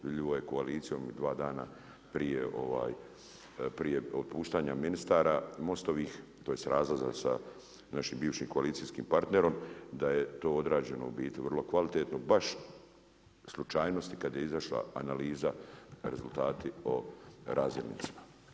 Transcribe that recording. Vidljivo je koalicijom u dva dana prije otpuštanja ministara MOST-ovih, tj. razlaza sa našim bivšim koalicijskim partnerom, da je to odrađeno u biti vrlo kvalitetno, baš slučajnosti kad je izašla analiza rezultati o razdjelnicima.